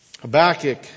Habakkuk